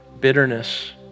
bitterness